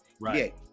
Right